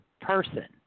person